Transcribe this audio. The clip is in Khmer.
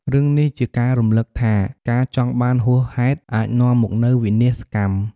រឿងនេះជាការរំលឹកថា ការចង់បានហួសហេតុអាចនាំមកនូវវិនាសកម្ម។